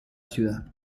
ciudad